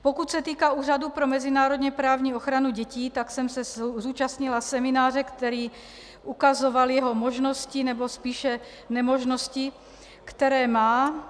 Pokud se týká Úřadu pro mezinárodněprávní ochranu dětí, také jsem se zúčastnila semináře, který ukazoval jeho možnosti, nebo spíše nemožnosti, které má.